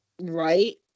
right